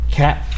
cat